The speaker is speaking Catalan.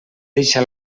deixa